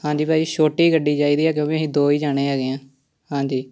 ਹਾਂਜੀ ਭਾਅ ਜੀ ਛੋਟੀ ਗੱਡੀ ਚਾਹੀਦੀ ਆ ਕਿਉਂਕਿ ਅਸੀਂ ਦੋ ਹੀ ਜਾਣੇ ਹੈਗੇ ਹਾਂ ਹਾਂਜੀ